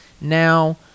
Now